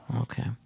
Okay